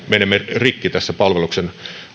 rikki tässä palveluksen